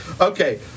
Okay